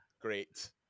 great